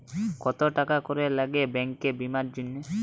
কত টাকা করে লাগে ব্যাঙ্কিং বিমার জন্য?